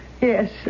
Yes